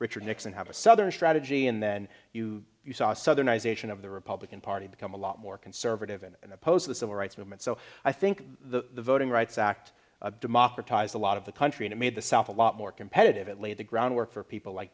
richard nixon have a southern strategy and then you you saw southerners ation of the republican party become a lot more conservative and opposed the civil rights movement so i think the voting rights act democratized a lot of the country and made the south a lot more competitive it laid the groundwork for people like